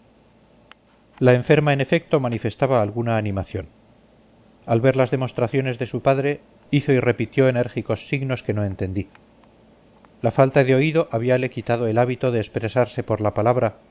la enferma en efecto manifestaba alguna animación al ver las demostraciones de su padre hizo y repitió enérgicos signos que no entendí la falta de oído habíale quitado el hábito de expresarse por la palabra